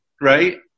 right